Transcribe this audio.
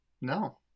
no